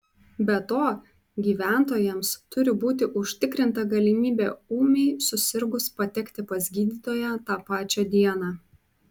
be to gyventojams turi būti užtikrinta galimybė ūmiai susirgus patekti pas gydytoją tą pačią dieną